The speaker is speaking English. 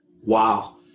Wow